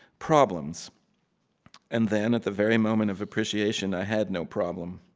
problems and then, at the very moment of appreciation, i had no problem.